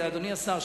אדוני השר,